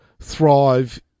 thrive